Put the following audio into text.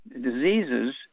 diseases